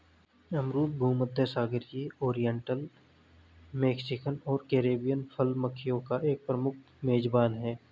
अमरूद भूमध्यसागरीय, oriental, Mexican और कैरिबियन फल मक्खियों का एक प्रमुख मेजबान है